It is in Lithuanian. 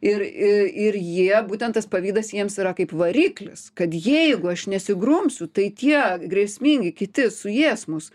ir ir ir jie būtent tas pavydas jiems yra kaip variklis kad jeigu aš nesigrumsiu tai tie grėsmingi kiti suės mus